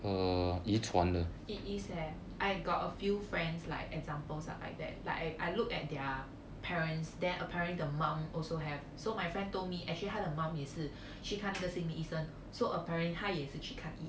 it is leh I got a few friends like examples ah like that like I look at their parents then apparently the mum also have so my friend told me actually 他的 mum 也是去看那个心理医生 so apparently 他也是去看医